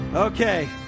Okay